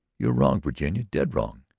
you are wrong, virginia, dead wrong,